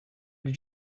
did